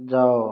ଯାଅ